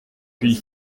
puis